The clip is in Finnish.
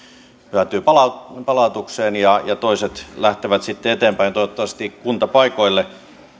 päätyvät palautukseen ja ja toiset lähtevät sitten eteenpäin toivottavasti kuntapaikoille